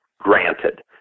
granted